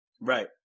Right